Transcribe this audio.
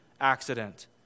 accident